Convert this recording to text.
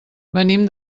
venim